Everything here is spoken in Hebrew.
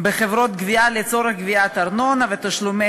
בחברות גבייה לצורך גביית ארנונה ותשלומי